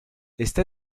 está